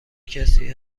کسی